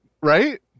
Right